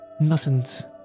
mustn't